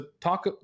talk